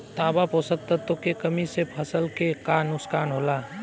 तांबा पोषक तत्व के कमी से फसल के का नुकसान होला?